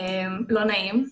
לא נעים.